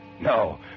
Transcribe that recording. No